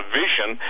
vision